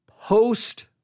post-